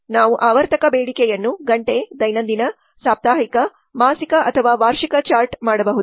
ನಾವು ಆವರ್ತಕ ಬೇಡಿಕೆಯನ್ನು ಗಂಟೆ ದೈನಂದಿನ ಸಾಪ್ತಾಹಿಕ ಮಾಸಿಕ ಅಥವಾ ವಾರ್ಷಿಕ ಚಾರ್ಟ್ ಮಾಡಬಹುದು